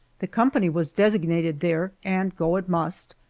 the company was designated there, and go it must,